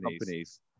companies